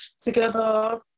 together